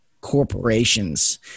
corporations